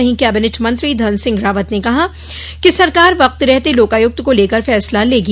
वहीं कैबिनेट मंत्री धन सिंह रावत ने कहा कि सरकार वक्त रहते लोकायुक्त को लेकर फैसला लेगी